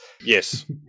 Yes